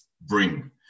bring